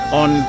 on